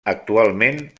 actualment